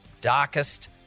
darkest